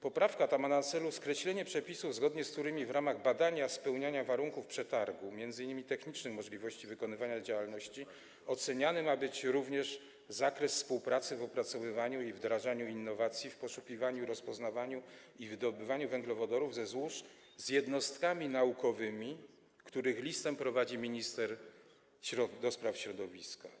Poprawka ta ma na celu skreślenie przepisów, zgodnie z którymi w ramach badania spełniania warunków przetargu, m.in. technicznej możliwości wykonywania działalności, oceniany ma być również zakres współpracy w opracowywaniu i wdrażaniu innowacji w poszukiwaniu, rozpoznawaniu i wydobywaniu węglowodorów ze złóż z jednostkami naukowymi, których listę prowadzi minister do spraw środowiska.